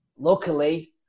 luckily